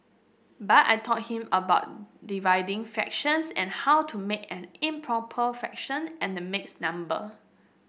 but I taught him about dividing fractions and how to make an improper fraction and a mixed number